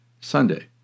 Sunday